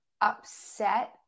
upset